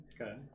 Okay